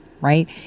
right